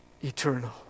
eternal